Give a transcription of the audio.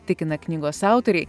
tikina knygos autoriai